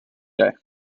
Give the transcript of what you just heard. day